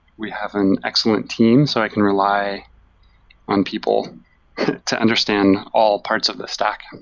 we have an excellent team, so i can rely on people to understand all parts of the stack.